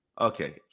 Okay